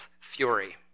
fury